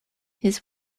his